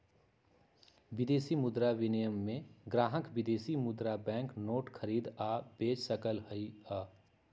मुद्रा विनिमय में ग्राहक विदेशी मुद्रा बैंक नोट खरीद आ बेच सकलई ह